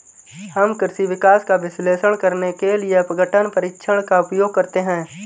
हम कृषि विकास का विश्लेषण करने के लिए अपघटन परीक्षण का उपयोग करते हैं